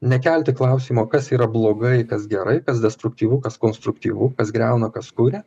nekelti klausimo kas yra blogai kas gerai kas destruktyvu kas konstruktyvu kas griauna kas kuria